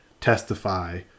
testify